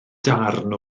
darn